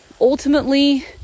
ultimately